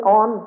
on